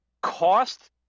cost